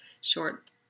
short